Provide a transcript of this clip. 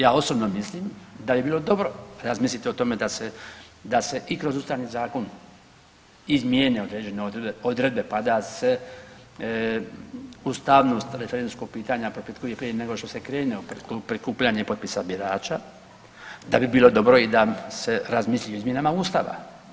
Ja osobno mislim da bi bilo dobro razmisliti o tome da se i kroz Ustavni zakon izmijene određene odredbe pa da se ustavnost referendumskog pitanja propitkuje prije nego što se krene u prikupljanje potpisa birača, da bi bilo dobro da se razmisli i o izmjenama Ustava.